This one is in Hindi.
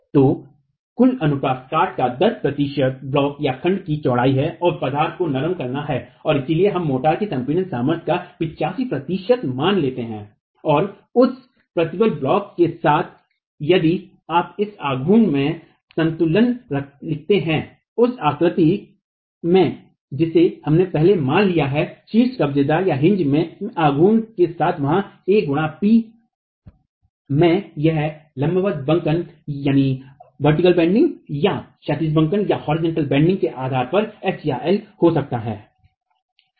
तो कुल अनुप्रस्थ काट का 10 प्रतिशत प्रतिबल ब्लॉकखंड की चौड़ाई है और पदार्थ को नरम करना है और इसलिए हम मोर्टार की संपीड़ित सामर्थ्य का 85 प्रतिशत मान लेते हैं और उस प्रतिबल ब्लॉक के साथ यदि आप इस आघूर्ण में संतुलन लिखते हैं उस आकृति में जिसे हमने पहले मान लिया है शीर्ष कब्जेदारकाजहिन्ज में आघूर्ण के साथ वहाँ a गुणा p में यह लंबवत बंकन या क्षैतिज बंकन के आधार पर h या L हो सकता है